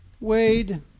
Wade